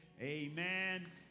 amen